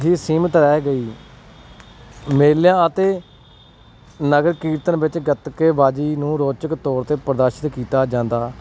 ਲਈ ਸੀਮਤ ਹੈ ਮੇਲਿਆਂ ਅਤੇ ਨਗਰ ਕੀਰਤਨ ਵਿੱਚ ਗਤਕੇਬਾਜ਼ੀ ਨੂੰ ਰੋਚਕ ਤੌਰ 'ਤੇ ਪ੍ਰਦਰਸ਼ਿਤ ਕੀਤਾ ਜਾਂਦਾ